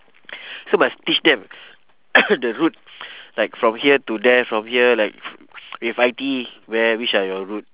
so must teach them the route like from here to there from here like if I_T_E where which are your route